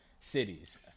cities